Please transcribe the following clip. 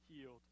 healed